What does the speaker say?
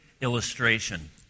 illustration